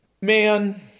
man